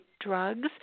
drugs